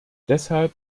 deshalb